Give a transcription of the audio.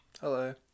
Hello